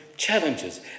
Challenges